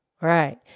Right